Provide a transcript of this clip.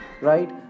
right